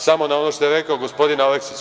Samo na ono što je rekao gospodin Aleksić.